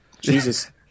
Jesus